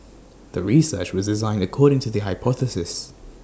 the research was designed according to the hypothesis